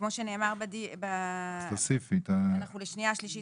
כפי שנאמר, לשנייה שלישית